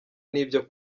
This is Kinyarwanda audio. n’ibyo